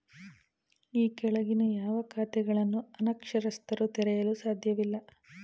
ಈ ಕೆಳಗಿನ ಯಾವ ಖಾತೆಗಳನ್ನು ಅನಕ್ಷರಸ್ಥರು ತೆರೆಯಲು ಸಾಧ್ಯವಿಲ್ಲ?